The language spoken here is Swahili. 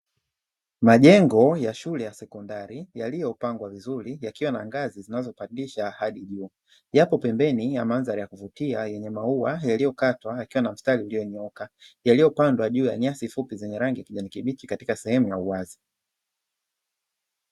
Majengo ya shule ya sekondari yaliopangwa vizuri yakiwa na ngazi zinazopandisha hadi juu, yapo pembeni ya mandhari ya kuvitia yenye maua yaliyokatwa yakiwa kwenye mstari ulionyooka. Yaliyopanda juu ya nyasi fupi zenye rangi ya kijani kibichi katika sehemu ya uwazi.